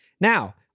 Now